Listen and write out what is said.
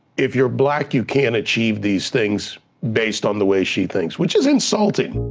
if you're black, you can't achieve these things, based on the way she thinks, which is insulting.